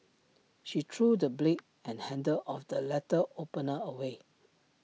she threw the blade and handle of the letter opener away